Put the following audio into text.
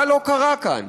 מה לא קרה כאן?